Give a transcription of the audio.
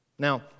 Now